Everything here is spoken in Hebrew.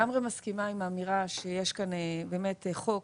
מסכימה עם האמירה שיש כאן חוק